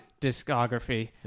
discography